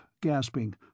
gasping